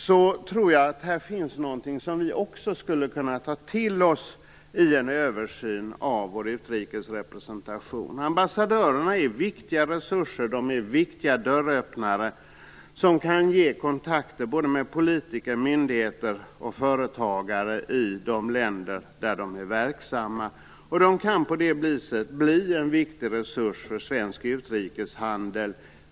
Jag tror att här finns någonting som vi i Sverige också skulle kunna ta till oss i en översyn av vår utrikesrepresentation. Ambassadörerna är viktiga resurser och viktiga dörröppnare som kan ge kontakter med politiker, myndigheter och företagare i de länder där de är verksamma. På det viset kan de också bli en viktig resurs för svensk utrikeshandel.